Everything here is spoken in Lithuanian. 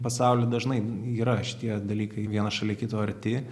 pasaulį dažnai yra šitie dalykai vienas šalia kito arti